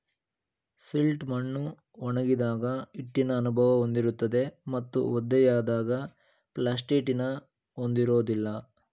silt ಮಣ್ಣು ಒಣಗಿದಾಗ ಹಿಟ್ಟಿನ ಅನುಭವ ಹೊಂದಿರುತ್ತದೆ ಮತ್ತು ಒದ್ದೆಯಾದಾಗ ಪ್ಲಾಸ್ಟಿಟಿನ ಹೊಂದಿರೋದಿಲ್ಲ